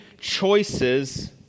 choices